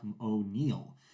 O'Neill